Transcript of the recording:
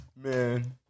Man